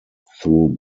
through